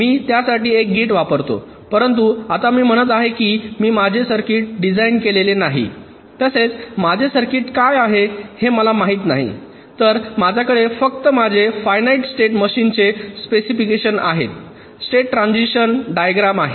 मी त्यासाठी एक गेट वापरतो परंतु आता मी म्हणत आहे की मी माझे सर्किट डिझाइन केलेले नाही तसेच माझे सर्किट काय आहे हे मला माहित नाही तर माझ्याकडे फक्त माझे फायनाइट स्टेट मशीनचे स्पेसिफिकेशन आहेत स्टेट ट्रान्सिशन डायग्रॅम आहे